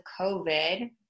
COVID